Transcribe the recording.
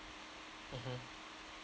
mmhmm